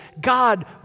God